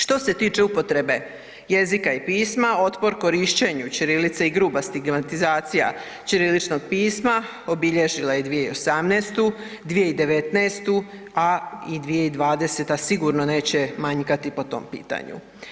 Što se tiče upotrebe jezika i pisma, otpor korištenju ćirilice i gruba stigmatizacija ćiriličnog pisma, obilježila je 2018., 2019., a 2020. sigurno neće manjkati po tom pitanju.